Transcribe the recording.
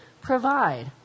provide